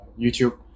YouTube